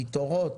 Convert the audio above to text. מתורות.